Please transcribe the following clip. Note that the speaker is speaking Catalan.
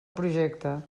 projecte